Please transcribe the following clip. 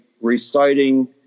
reciting